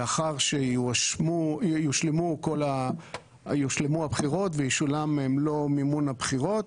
לאחר שיושלמו הבחירות וישולם מלוא מימון הבחירות,